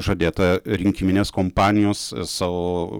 žadėta rinkiminės kompanijos savo